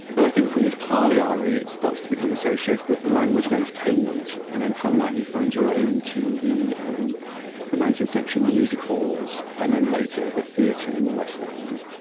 and i think from this parlyaree, it starts to become associated with the language entertainment, and then from that you find your way into the um the nineteenth century music halls, and then later the theatre and the west end.